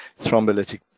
thrombolytic